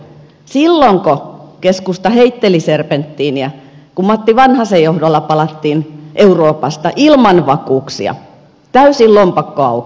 silloinko keskusta heitteli serpentiiniä kun matti vanhasen johdolla palattiin euroopasta ilman vakuuksia täysin lompakko auki